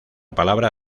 palabra